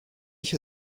ich